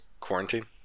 Quarantine